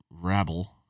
rabble